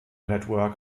network